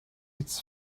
its